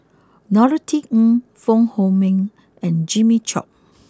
Norothy Ng Fong Hoe Beng and Jimmy Chok